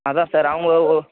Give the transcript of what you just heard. அதான் சார் அவங்க